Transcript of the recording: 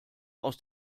aus